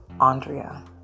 andrea